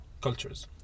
cultures